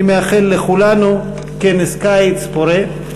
אני מאחל לכולנו כנס קיץ פורה.